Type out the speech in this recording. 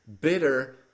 bitter